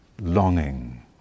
longing